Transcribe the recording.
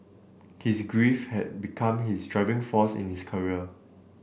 his grief had become his driving force in his career